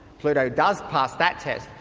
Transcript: pluto does pass that test,